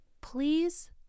please